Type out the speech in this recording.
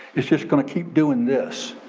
it's just gonna keep doing this.